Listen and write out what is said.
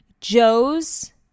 Joe's